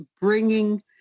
bringing